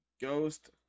Ghost